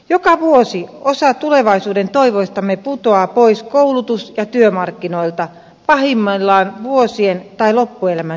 joka vuosi osa tulevaisuuden toivoistamme putoaa pois koulutus ja työmarkkinoilta pahimmillaan vuosien tai loppuelämän syrjäytymiskierteeseen